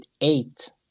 eight